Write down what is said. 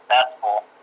successful